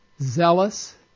zealous